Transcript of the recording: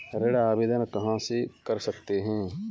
ऋण आवेदन कहां से कर सकते हैं?